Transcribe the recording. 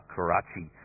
Karachi